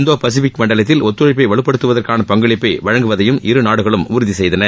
இந்தோ Pacific மண்டலத்தில் ஒத்துழைப்பை வலுப்படுத்துவதற்கான பங்களிப்பை அளிப்பதையும் இரு நாடுகளும் உறுதி செய்தன